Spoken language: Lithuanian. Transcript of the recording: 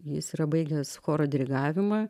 jis yra baigęs choro dirigavimą